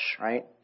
right